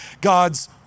God's